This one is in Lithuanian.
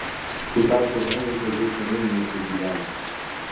tuo tarpu henrikas jau seniau mieste gyveno